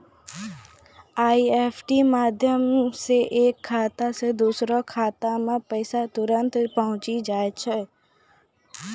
EFT रो माध्यम से एक खाता से दोसरो खातामे पैसा तुरंत पहुंचि जाय छै